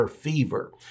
fever